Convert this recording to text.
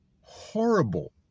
horrible